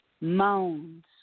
moans